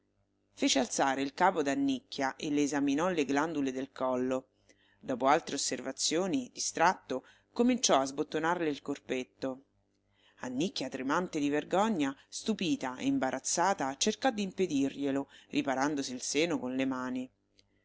fece alzare il capo ad annicchia e le esaminò le glandule del collo dopo altre osservazioni distratto cominciò a sbottonarle il corpetto annicchia tremante di vergogna stupita e imbarazzata cercò di impedirglielo riparandosi il seno con le mani